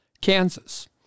Kansas